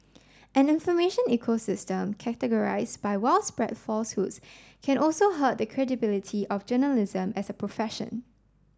an information ecosystem characterised by widespread falsehoods can also hurt the credibility of journalism as a profession